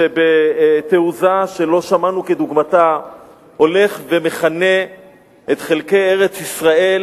שבתעוזה שלא שמענו דוגמתה הולך ומכנה את חלקי ארץ-ישראל,